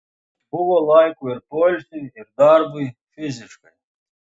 buvo laiko ir poilsiui ir darbui fiziškai